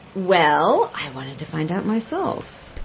well, i wanted to find out myself